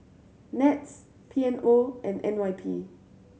NETS P M O and N Y P